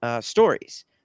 stories